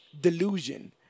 delusion